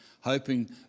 hoping